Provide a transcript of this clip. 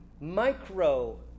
micro